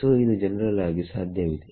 so ಇದು general ಆಗಿ ಸಾಧ್ಯವಿದೆ